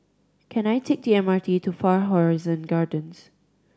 can I take the M R T to Far Horizon Gardens